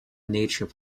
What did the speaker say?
nature